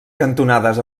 cantonades